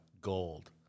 gold